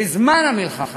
שבזמן המלחמה,